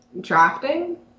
drafting